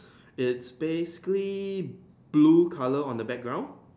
it's base green blue colour on the background